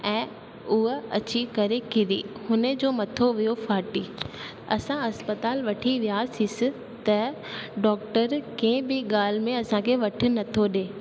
ऐं उहा अची करे किरी हुन जो मथो वियो फाटी असां अस्पताल वठी वियासीं त डॉक्टर कंहिं बि ॻाल्हि में असां खे वठ नथो ॾिए